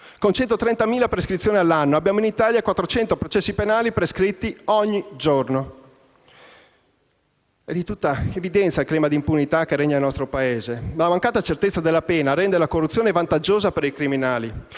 Con 130.000 prescrizioni all'anno, abbiamo in Italia 400 processi penali prescritti al giorno. È di tutta evidenza il clima di impunità che regna nel nostro Paese. La mancata certezza della pena rende la corruzione vantaggiosa per i criminali.